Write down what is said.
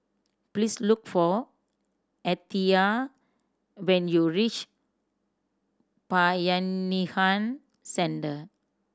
please look for Althea when you reach Bayanihan Centre